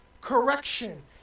correction